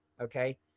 okay